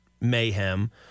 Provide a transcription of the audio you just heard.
mayhem